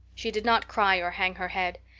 she did not cry or hang her head.